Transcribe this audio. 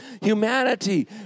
Humanity